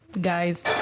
guys